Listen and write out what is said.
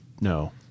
no